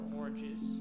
oranges